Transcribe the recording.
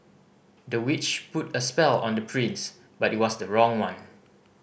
the witch put a spell on the prince but it was the wrong one